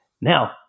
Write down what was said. Now